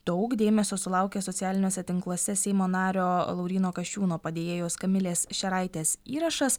daug dėmesio sulaukė socialiniuose tinkluose seimo nario lauryno kasčiūno padėjėjos kamilės šeraitės įrašas